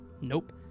Nope